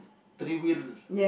three wheel